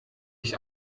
ich